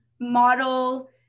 model